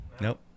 Nope